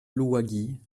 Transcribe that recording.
louwagie